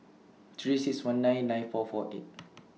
three six one nine nine four four eight